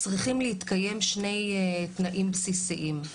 צריכים להתקיים שני תנאים בסיסיים: